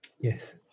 Yes